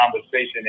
conversation